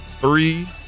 three